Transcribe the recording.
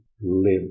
live